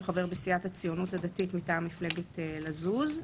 הוא חבר בסיעת הציונות הדתית מטעם מפלגת לזוז.